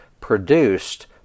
produced